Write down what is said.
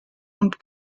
und